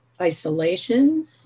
isolation